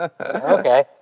Okay